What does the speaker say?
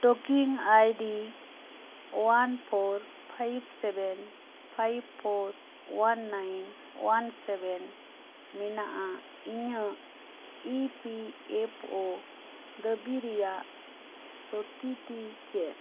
talking ID one four five seven five four one nine one seven ᱢᱮᱱᱟᱜᱼᱟ ᱤᱧᱟ G P F ᱳ ᱫᱟ ᱵᱤ ᱨᱮᱭᱟᱜ ᱥᱚᱛᱤᱛᱤ ᱪᱮᱫ